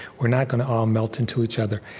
we're not going to all melt into each other.